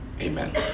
Amen